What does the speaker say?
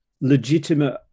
legitimate